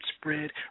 spread